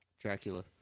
Dracula